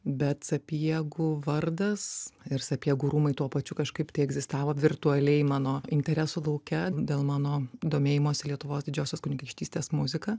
bet sapiegų vardas ir sapiegų rūmai tuo pačiu kažkaip tai egzistavo virtualiai mano interesų lauke dėl mano domėjimosi lietuvos didžiosios kunigaikštystės muzika